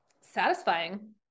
satisfying